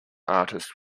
artist